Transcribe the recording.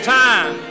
time